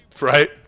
Right